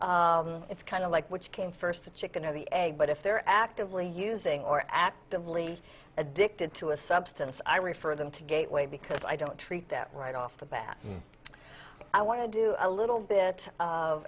it's kind of like which came first the chicken or the egg but if they're actively using or actively addicted to a substance i refer them to gateway because i don't treat that right off the bat i want to do a little bit of